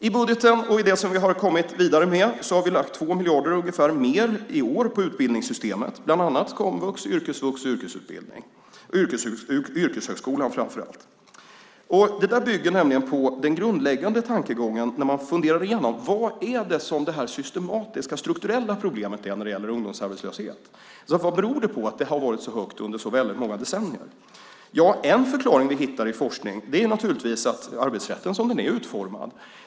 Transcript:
I budgeten och i det som vi har kommit vidare med har vi lagt ungefär 2 miljarder mer i år på utbildningssystemet, bland annat komvux, yrkesvux, och yrkeshögskolan framför allt. Det bygger på den grundläggande tankegången när man funderar igenom vad som är det systematiska, strukturella problemet när det gäller ungdomsarbetslösheten. Vad beror det på att den har varit så hög under så väldigt många decennier? En förklaring vi hittar i forskning är naturligtvis arbetsrätten som den är utformad.